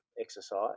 exercise